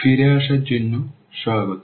ফিরে আসার জন্য স্বাগত